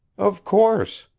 of course,